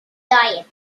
diet